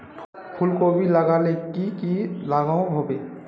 फूलकोबी लगाले की की लागोहो होबे?